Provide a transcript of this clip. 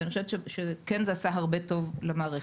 ואני חושבת שזה כן עשה הרבה טוב למערכת.